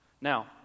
Now